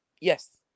Yes